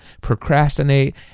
procrastinate